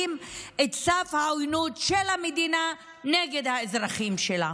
את סף העוינות של המדינה נגד האזרחים שלה.